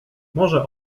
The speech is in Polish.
może